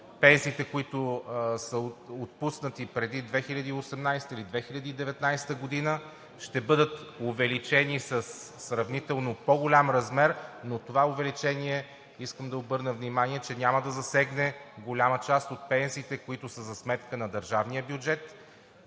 пенсиите, които са отпуснати преди 2018-а или 2019 г., ще бъдат увеличени със сравнително по-голям размер. Това увеличение, искам да обърна внимание, че няма да засегне голяма част от пенсиите, които са за сметка на държавния бюджет,